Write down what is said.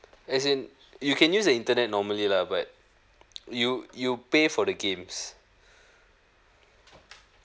as in you can use the internet normally lah but you you pay for the games